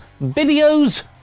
video's